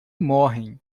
morrem